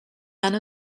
none